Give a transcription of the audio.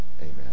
Amen